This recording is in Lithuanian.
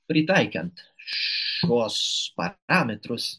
pritaikant šiuos parametrus